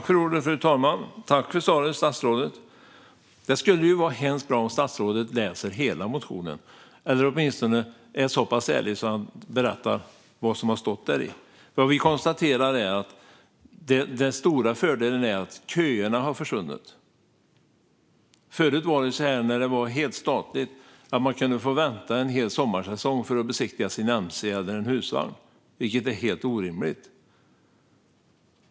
Fru talman! Jag tackar statsrådet för svaret. Det skulle vara bra om statsrådet läste hela motionen, eller åtminstone var så pass ärlig att han berättade vad som står i motionen. Vi konstaterar att den stora fördelen är att köerna har försvunnit. När provningen var helt statlig kunde man få vänta en hel sommarsäsong för att få besiktiga sin mc eller husvagn, vilket är helt orimligt.